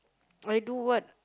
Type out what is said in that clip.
I do what